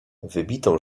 wybitą